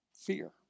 Fear